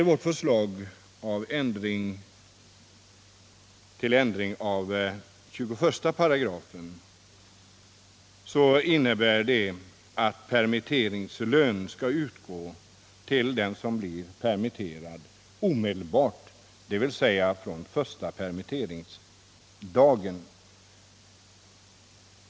Vårt förslag till ändring av 21 § innebär att permitteringslön skall utgå omedelbart till den som blir permitterad, dvs. från första permitteringsdagen.